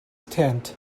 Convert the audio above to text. tent